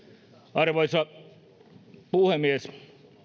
arvoisa puhemies